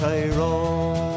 Tyrone